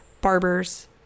barbers